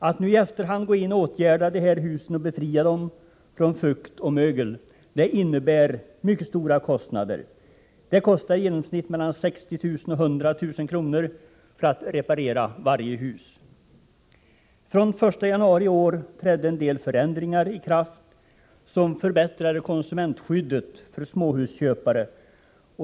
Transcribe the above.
Att nu i efterhand gå in med åtgärder för att befria de här husen från fukt och mögel innebär mycket stora kostnader. Varje hus kostar i genomsnitt mellan 60 000 och 100 000 kr. att reparera. Från den 1 januari i år trädde en del förändringar i kraft som förbättrade konsumentskyddet för småhusköpare.